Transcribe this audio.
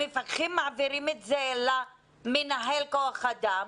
המפקחים מעבירים את זה למנהל כוח האדם.